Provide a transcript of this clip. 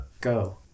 go